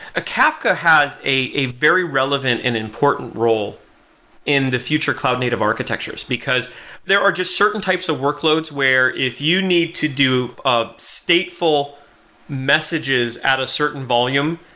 a kafka has a a very relevant and important role in the future cloud native architectures, because there are just certain types of workloads where if you need to do ah stateful messages at a certain volume,